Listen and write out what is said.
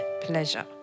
pleasure